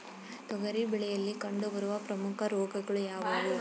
ತೊಗರಿ ಬೆಳೆಯಲ್ಲಿ ಕಂಡುಬರುವ ಪ್ರಮುಖ ರೋಗಗಳು ಯಾವುವು?